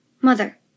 Mother